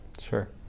Sure